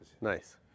Nice